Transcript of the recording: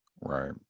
Right